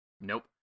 nope